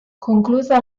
conclusa